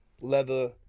leather